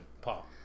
Paul